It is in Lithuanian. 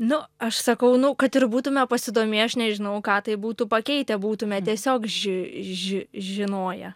nu aš sakau nu kad ir būtume pasidomėję aš nežinau ką tai būtų pakeitę būtume tiesiog ži ži žinoję